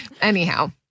Anyhow